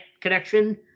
Connection